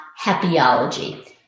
happyology